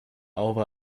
over